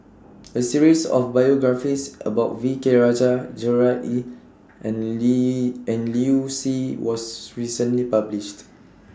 A series of biographies about V K Rajah Gerard Ee and Li and Liu Si was recently published